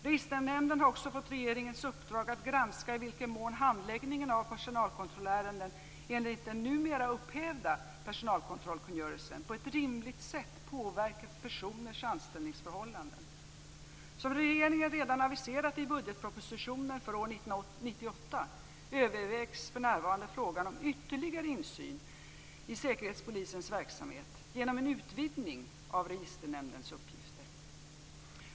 Registernämnden har också fått regeringens uppdrag att granska i vilken mån handläggningen av personalkontrollärenden enligt den numera upphävda personalkontrollkungörelsen på ett rimligt sätt påverkat personers anställningsförhållanden. Som regeringen redan aviserat i budgetpropositionen för år 1998 övervägs för närvarande frågan om ytterligare insyn i Säkerhetspolisens verksamhet genom en utvidgning av Registernämndens uppgifter.